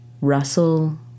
Russell